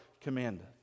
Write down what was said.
commanded